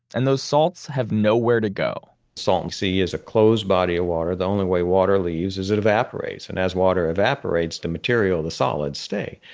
and those salts have nowhere to go salton sea is a closed body of water. the only way water leaves is it evaporates, and as water evaporates, the material the solids stay.